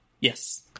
yes